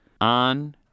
on